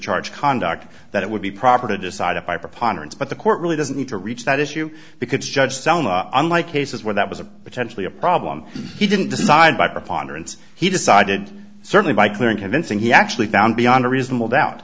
charge conduct that it would be proper to decide if i ponder its but the court really doesn't need to reach that issue because judge selma unlike cases where that was a potentially a problem he didn't decide by ponder and he decided certainly by clear and convincing he actually found beyond a reasonable doubt